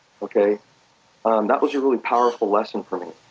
okay um that was a really powerful lesson for me.